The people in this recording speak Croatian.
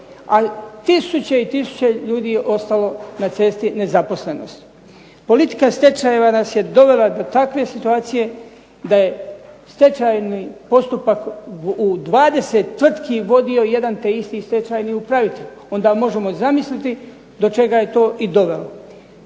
a tisuće i tisuće ljudi je ostalo na cesti nezaposlenosti. Politika stečajeva nas je dovela do takve situacije da je stečajni postupak u 20 tvrtku vodio jedan te isti stečajni upravitelj. Onda možemo i zamisliti do čega je to i dovelo.